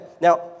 Now